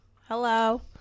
Hello